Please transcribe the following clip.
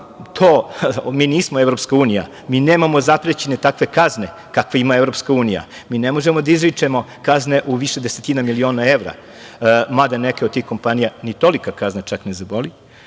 građanima. Nismo Evropska unija, mi nemamo zaprećene takve kazne kakve ima Evropska unija. Ne možemo da izričemo kazne u više desetina miliona evra, mada neke od tih kompanija ni tolike kazne čak ne zabole,